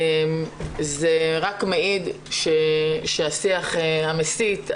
זה רק מעיד על כך שהשיח המסית,